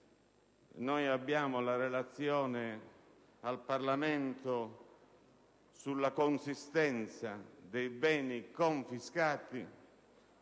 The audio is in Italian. nella relazione al Parlamento sulla consistenza dei beni confiscati,